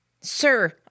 Sir